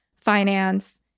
finance